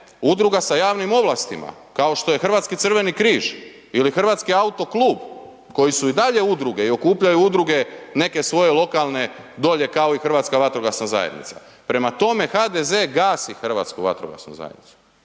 udruga sa javnim ovlastima, kao što je Hrvatski Crveni križ ili Hrvatski autoklub koji su i dalje udruge i okupljaju udruge neke svoje lokalne dolje, kao i HVZ. Prema tome, HDZ gasi HVZ. Gasi, donesla